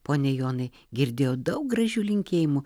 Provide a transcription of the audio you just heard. pone jonai girdėjot daug gražių linkėjimų